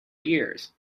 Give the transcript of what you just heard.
years